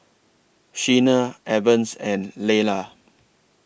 Sheena Evans and Layla